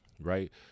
Right